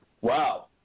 Wow